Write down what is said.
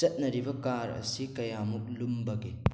ꯆꯠꯅꯔꯤꯕ ꯀꯥꯔ ꯑꯁꯤ ꯀꯌꯥꯃꯨꯛ ꯂꯨꯝꯕꯒꯦ